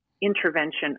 intervention